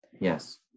yes